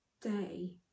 day